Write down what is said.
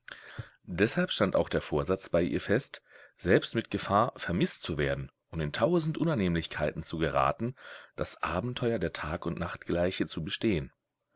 deshalb stand auch der vorsatz bei ihr fest selbst mit gefahr vermißt zu werden und in tausend unannehmlichkeiten zu geraten das abenteuer der tag und nachtgleiche zu bestehen